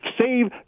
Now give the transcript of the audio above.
save